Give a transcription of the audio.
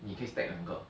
你可以 stack 两个